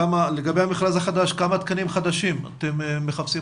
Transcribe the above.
לגבי המכרז החדש כמה תקנים חדשים אתם מחפשים,